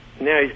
Now